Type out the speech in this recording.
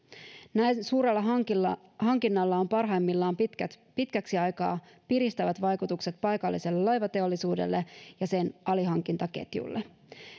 näin suurella hankinnalla hankinnalla on parhaimmillaan pitkäksi pitkäksi aikaa piristävät vaikutukset paikalliselle laivateollisuudelle ja sen alihankintaketjulle